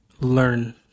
learn